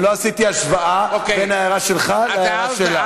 אני לא עשיתי השוואה בין ההערה שלך להערה שלה.